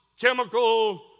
chemical